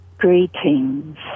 Greetings